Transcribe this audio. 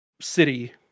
city